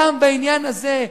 גם בעניין הזה,